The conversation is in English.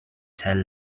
tell